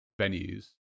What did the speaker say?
venues